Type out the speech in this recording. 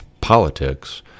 politics